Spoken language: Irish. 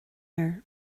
air